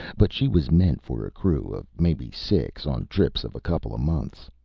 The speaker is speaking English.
but she was meant for a crew of maybe six, on trips of a couple of months.